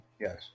Yes